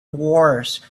wars